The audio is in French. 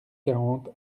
quarante